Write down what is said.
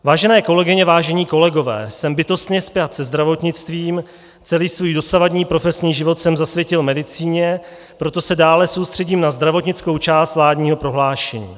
Vážené kolegyně, vážení kolegové, jsem bytostně spjat se zdravotnictvím, celý svůj dosavadní profesní život jsem zasvětil medicíně, proto se dále soustředím na zdravotnickou část vládního prohlášení.